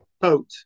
boat